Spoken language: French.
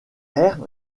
ère